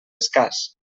escàs